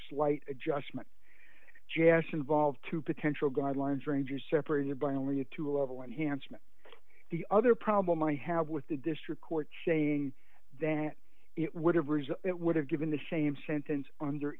slight adjustment jass involved two potential guidelines ranges separated by only a two oval enhancement the other problem i have with the district court saying that it would have arisen it would have given the same sentence under